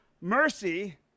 mercy